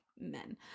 men